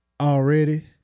already